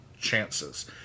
chances